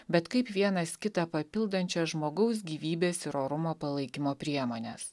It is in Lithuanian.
bet kaip vienas kitą papildančias žmogaus gyvybės ir orumo palaikymo priemones